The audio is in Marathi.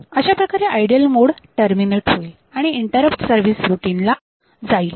अशाप्रकारे आयडल मोड टर्मिनेट होईल आणि इंटरप्ट सर्विस रुटीनला जाईल